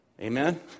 Amen